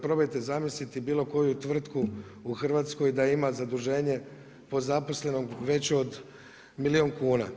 Probajte zamisliti bilo koju tvrtku u Hrvatskoj da ima zaduženje po zaposlenom već od milijun kuna.